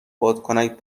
بادکنک